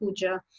Puja